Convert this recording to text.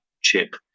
chip